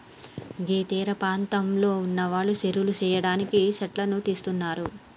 గీ తీరపాంతంలో ఉన్నవాళ్లు సెరువులు సెయ్యడానికి సెట్లను తీస్తున్నరు